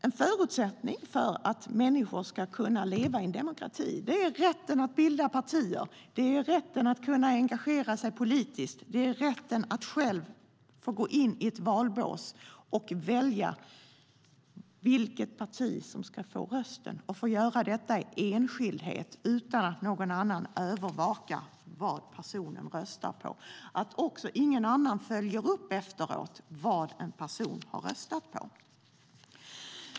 En förutsättning för att människor ska kunna leva i en demokrati är rätten att bilda partier, rätten att engagera sig politiskt och rätten att själv få gå in i ett valbås och välja vilket parti som ska få ens röst - och att få göra detta i enskildhet, utan att någon övervakar vad man röstar på och utan att någon efteråt följer upp vad man har röstat på.